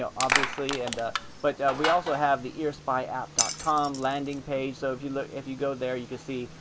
ah obviously, and ah but we also have the earspyapp dot com landing page so if you know if you go there, you could see,